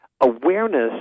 awareness